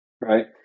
Right